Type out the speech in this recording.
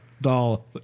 Doll